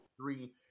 three